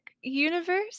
universe